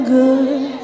good